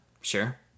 sure